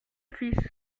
fils